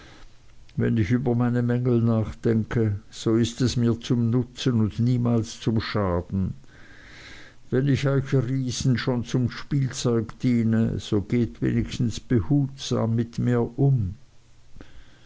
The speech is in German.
wenn ich über meine mängel nachdenke so ist es mir zum nutzen und niemand zum schaden wenn ich euch riesen schon zum spielzeug diene so gehet wenigstens behutsam mit mir um